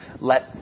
Let